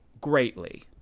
greatly